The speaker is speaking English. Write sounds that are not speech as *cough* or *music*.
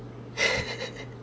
*laughs*